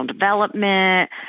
development